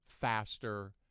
faster